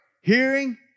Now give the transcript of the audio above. hearing